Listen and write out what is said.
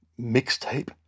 mixtape